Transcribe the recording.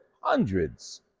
hundreds